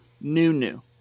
new-new